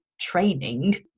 training